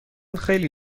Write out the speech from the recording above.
خیلی